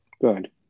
Good